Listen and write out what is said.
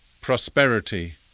prosperity